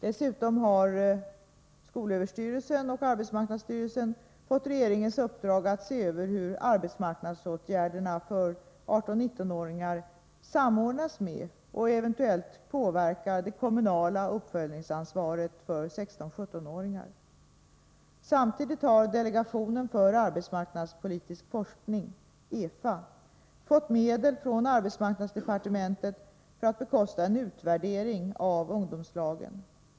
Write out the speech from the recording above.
Dessutom har SÖ och AMS fått regeringens uppdrag att se över hur arbetsmarknadsåtgärderna för 18-19-åringar samordnas med och eventuellt påverkar det kommunala uppföljningsansvaret för 16-17-åringar. Samtidigt har delegationen för arbetsmarknadspolitisk forskning fått medel från arbetsmarknadsdepartementet för att bekosta en utvärdering av ungdomslagen.